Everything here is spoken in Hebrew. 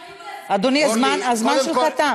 אורלי, קודם כול, אדוני, הזמן שלך תם.